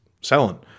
selling